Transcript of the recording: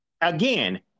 Again